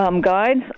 guides